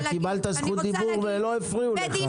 אתה קיבלת זכות דיבור ולא הפריעו לך,